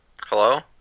hello